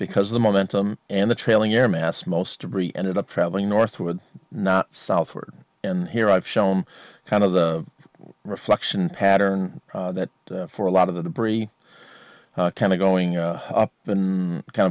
because the momentum and the trailing air mass most debris ended up traveling northward not southward and here i've shown kind of the reflection pattern that for a lot of the debris kind of going up been kind